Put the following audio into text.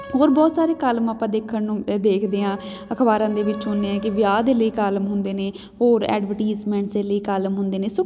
ਹੋਰ ਬਹੁਤ ਸਾਰੇ ਕਾਲਮ ਆਪਾਂ ਦੇਖਣ ਨੂੰ ਦੇਖਦੇ ਹਾਂ ਅਖਬਾਰਾਂ ਦੇ ਵਿੱਚ ਹੁੰਦੇ ਹਾਂ ਕਈ ਵਿਆਹ ਦੇ ਲਈ ਕਾਲਮ ਹੁੰਦੇ ਨੇ ਹੋਰ ਐਡਵਰਟੀਜ਼ਮੈਂਟਸ ਦੇ ਲਈ ਕਾਲਮ ਹੁੰਦੇ ਨੇ ਸੋ